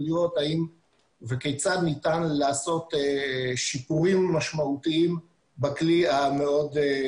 לראות האם וכיצד ניתן לעשות שיפורים משמעותיים בכלי המאוד פרובלמטי הזה.